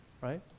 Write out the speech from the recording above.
right